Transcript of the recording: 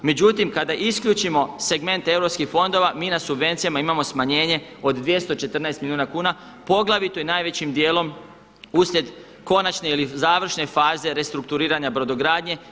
Međutim, kada isključimo segment europskih fondova mi na subvencijama imamo smanjenje od 214 milijuna kuna poglavito i najvećim dijelom uslijed konačne ili završne faze restrukturiranja brodogradnje.